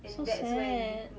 so sad